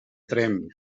tremp